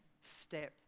step